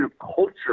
culture